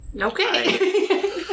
okay